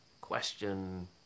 question